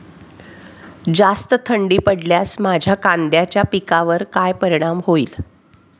जास्त थंडी पडल्यास माझ्या कांद्याच्या पिकावर काय परिणाम होईल?